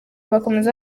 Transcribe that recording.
bakomeza